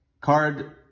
card